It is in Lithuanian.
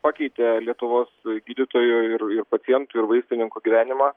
pakeitė lietuvos gydytojų ir ir pacientų ir vaistininkų gyvenimą